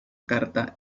carta